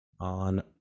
on